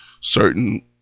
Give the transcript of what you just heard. certain